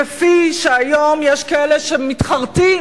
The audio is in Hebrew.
כפי שהיום יש כאלה שמתחרטים